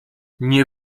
nie